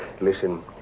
Listen